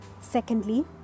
Secondly